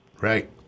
Right